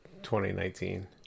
2019